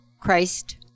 Christ